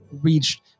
reached